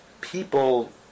people